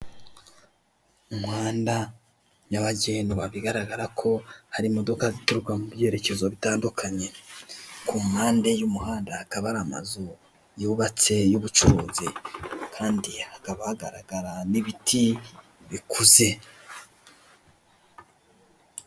Umuhanda nyabagendwa bigaragara ko hari imodoka zituruka mu byerekezo bitandukanye. Ku mpande y'umuhanda hakaba hari amazu yubatse y'ubucuruzi. Kandi hakaba hagaragara n'ibiti bikuze.